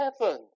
heaven